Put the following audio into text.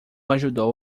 ajudou